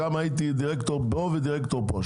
והייתי גם דירקטור פה ודירקטור פה.